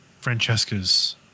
Francesca's